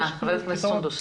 חברת הכנסת סונדוס.